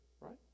right